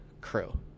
Crew